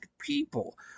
people